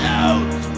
out